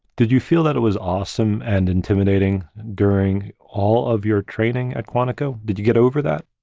did you feel that it was awesome and intimidating during all of your training at quantico? did you get over that?